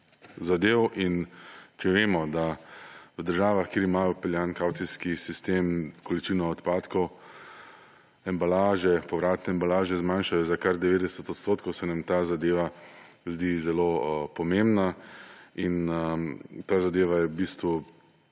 zadev. Če vemo, da v državah, kjer imajo vpeljan kavcijski sistem, količino odpadkov povratne embalaže zmanjšajo za kar 90 %, se nam ta zadeva zdi zelo pomembna in je v bistvu